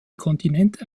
kontinente